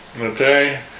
Okay